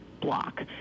block